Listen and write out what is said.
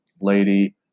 lady